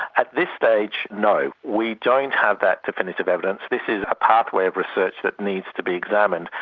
at this stage no, we don't have that definitive evidence. this is a pathway of research that needs to be examined,